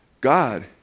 God